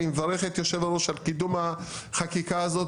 ואני מברך את יושב הראש על קידום החקיקה הזאת,